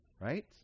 right